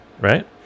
right